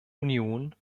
union